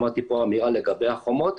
שמעתי פה אמירה לגבי החומות,